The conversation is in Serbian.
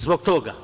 Zbog toga.